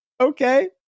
Okay